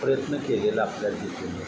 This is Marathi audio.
प्रयत्न केलेला आपल्याला दिसून ये